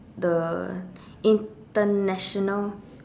the international